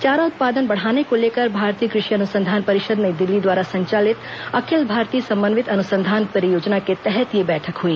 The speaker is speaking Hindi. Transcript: चारा उत्पादन बढ़ाने को लेकर भारतीय कृषि अनुसंधान परिषद नई दिल्ली द्वारा संचालित अखिल भारतीय समन्वित अनुसंधान परियोजना के तहत यह बैठक हुई